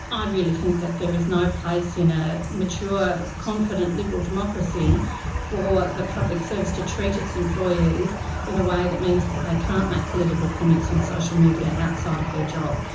i really think that there is no place in a mature confident liberal democracy for the public service to treat its employees in a way that means that they can't make political comments on social media outside of their job,